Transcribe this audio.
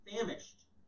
famished